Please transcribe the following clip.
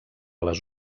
les